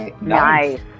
Nice